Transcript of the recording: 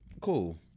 cool